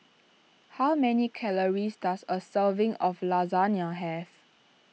how many calories does a serving of Lasagna have